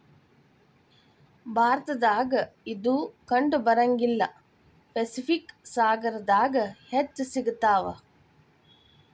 ಭಾರತದಾಗ ಇದು ಕಂಡಬರಂಗಿಲ್ಲಾ ಪೆಸಿಫಿಕ್ ಸಾಗರದಾಗ ಹೆಚ್ಚ ಸಿಗತಾವ